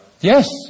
Yes